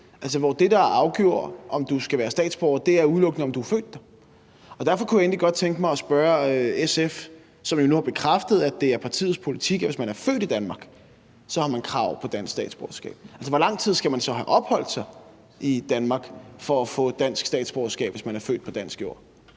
hvor det, der afgør, om du skal være statsborger, udelukkende er, om du er født i landet. Derfor kunne jeg egentlig godt tænke mig at spørge SF's ordfører, som jo nu har bekræftet, at det er partiets politik, at hvis man er født i Danmark, så har man krav på dansk statsborgerskab: Hvor lang tid skal man så have opholdt sig i Danmark for at få et dansk statsborgerskab, hvis man er født på dansk jord?